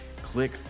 Click